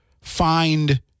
find